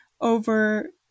over